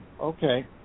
Okay